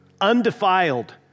undefiled